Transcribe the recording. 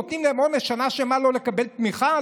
נותנים להם עונש שנה שלמה לא לקבל תמיכה?